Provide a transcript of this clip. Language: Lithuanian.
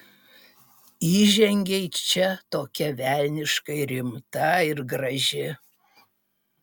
įžengei čia tokia velniškai rimta ir graži